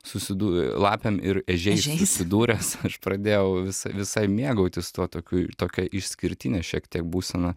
susidū lapėm ir ežiais susidūręs aš pradėjau visa visai mėgautis tuo tokiu tokia išskirtine šiek tiek būsena